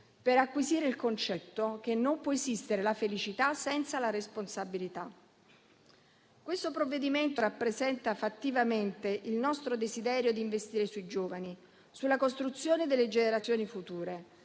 per acquisire il concetto che non può esistere la felicità senza la responsabilità. Questo provvedimento rappresenta fattivamente il nostro desiderio di investire sui giovani, sulla costruzione delle generazioni future,